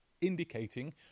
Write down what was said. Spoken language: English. indicating